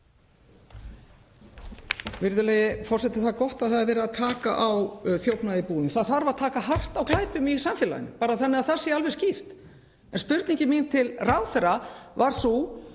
Virðulegi forseti. Það er gott að það er verið að taka á þjófnaði í búðum. Það þarf að taka hart á glæpum í samfélaginu, bara þannig að það sé alveg skýrt. En spurning mín til ráðherra var sú: